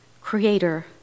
Creator